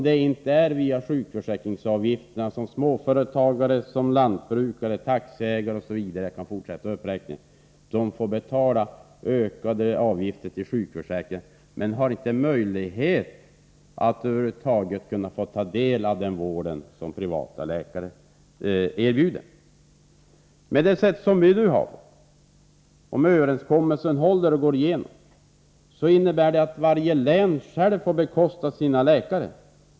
Det är via sjukförsäkringsavgifterna som småföretagare, lantbrukare, taxiägare osv. — jag skulle kunna fortsätta uppräkningen — får betala till vården. De får betala ökade avgifter till sjukförsäkringen, men har inte möjlighet att över huvud taget få ta del av den vård som privata läkare erbjuder. Med det system vi nu skall ha — om överenskommelsen håller och går igenom -— får varje län självt bekosta sina läkare.